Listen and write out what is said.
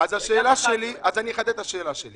אז אני אחדד את השאלה שלי.